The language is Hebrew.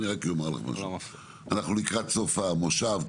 אנחנו לקראת סוף המושב,